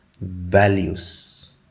values